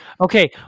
Okay